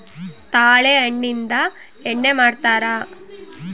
ತಾಳೆ ಹಣ್ಣಿಂದ ಎಣ್ಣೆ ಮಾಡ್ತರಾ